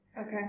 Okay